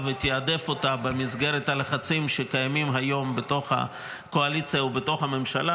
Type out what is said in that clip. ולתעדף אותה במסגרת הלחצים שקיימים היום בתוך הקואליציה ובתוך הממשלה.